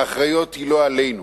האחריות היא לא עלינו.